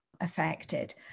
affected